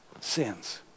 sins